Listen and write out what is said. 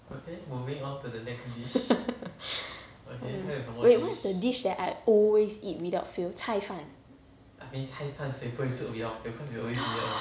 mm wait what is the dish I always eat without fail 菜饭